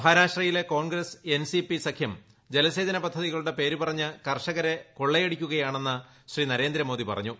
മഹാരാഷ്ട്രയിലെ Congress N C P സഖ്യം ജലസേചന പദ്ധതികളുടെ പേരുപറഞ്ഞ് കർഷകരെ കൊള്ളയടിക്കുകയായിരുന്നുവെന്ന് ശ്രീ നരേന്ദ്രമോദി പറഞ്ഞു